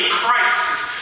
crisis